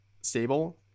stable